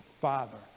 Father